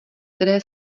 které